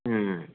ਹੂੰ